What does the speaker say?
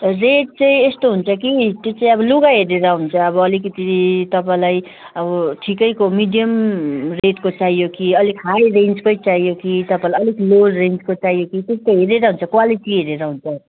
rate चाहिँ यस्तो हुन्छ कि त्यो चाहिँ अब लुगा हेरेर हुन्छ अब अलिकति तपाईँलाई अब ठिकैको मिडियम रेटको चाहियो कि अलिक हाई रेन्जकै चाहियो कि तपाईँलाई अलिक लो रेन्जको चाहियो कि हेरेर हुन्छ क्वालिटी हेरेर हुन्छ